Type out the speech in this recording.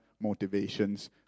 motivations